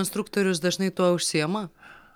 instruktorius dažnai tuo užsiima